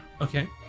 Okay